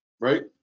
Right